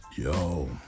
Yo